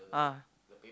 ah